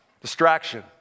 Distraction